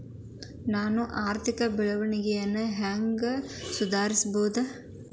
ನಾವು ಆರ್ಥಿಕ ಬೆಳವಣಿಗೆಯನ್ನ ಹೆಂಗ್ ಸುಧಾರಿಸ್ಬಹುದ್?